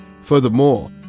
Furthermore